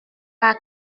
par